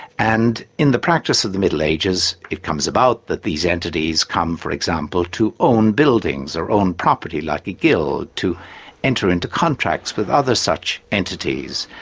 and in the practice of the middle ages it comes about that these entities come, for example, to own buildings, or own property, like a guild to enter into contracts with other such entities,